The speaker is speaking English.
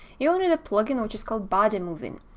you will need a plugin which is called bodymovin.